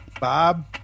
Bob